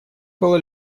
было